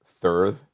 third